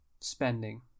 spending